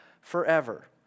forever